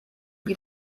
wie